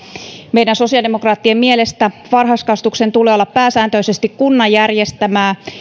meidän sosiaalidemokraattien mielestä varhaiskasvatuksen tulee olla pääsääntöisesti kunnan järjestämää